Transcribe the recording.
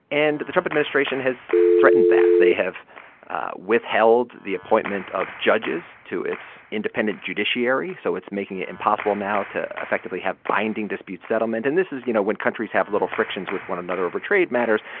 and the trump administration has threatened that. they have withheld the appointment of judges to its independent judiciary, so it's making it impossible now to effectively have binding dispute settlement. and this is, you know, when countries have little frictions with one another over trade matters,